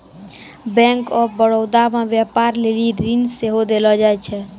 bank of Baroda मे व्यपार लेली ऋण सेहो देलो जाय छै